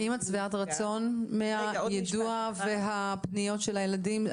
האם את שבעת רצון מהיידוע והפניות של הילדים?